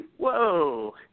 whoa